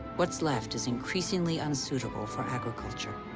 what's left is increasingly unsuitable for agriculture.